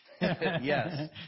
Yes